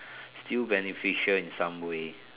still beneficial in some way